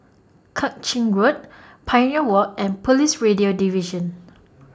Kang Ching Road Pioneer Walk and Police Radio Division